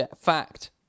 Fact